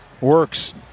Works